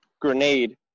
grenade